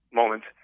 moment